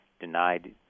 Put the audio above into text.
denied